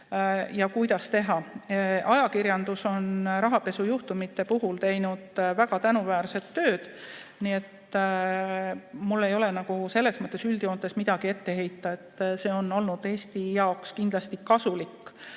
ja kuidas seda teha. Ajakirjandus on rahapesujuhtumite puhul teinud väga tänuväärset tööd. Nii et mul ei ole selles mõttes üldjoontes midagi ette heita, see on olnud Eesti jaoks kindlasti kasulik.